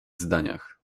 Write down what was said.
zdaniach